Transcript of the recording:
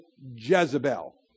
Jezebel